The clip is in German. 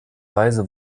weise